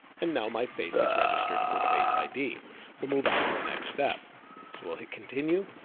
and now my face is registered for face id we'll move on to the next step so we'll hit continue